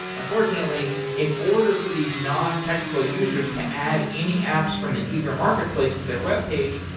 unfortunately, in order for these non technical users to add any apps from the eager marketplace to their webpage,